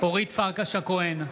אורית פרקש הכהן,